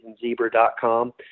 zebra.com